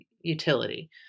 utility